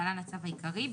להלן הצו העיקרי,